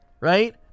right